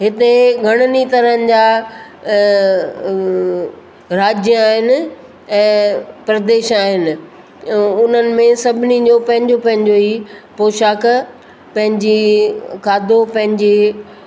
हिते घणनि ही तरहनि जा राज्य आहिनि ऐं प्रदेश आहिनि उन्हनि में सभिनी जो पंहिंजो पंहिंजो ई पोशाक पंहिंजी खाधो पंहिंजी